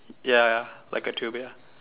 ya ya I got two ya